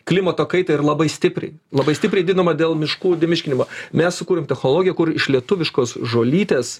klimato kaitą ir labai stipriai labai stipriai didinama dėl miškų dėl miškinimo mes sukūrėm technologiją kur iš lietuviškos žolytės